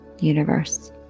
universe